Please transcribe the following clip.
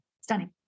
Stunning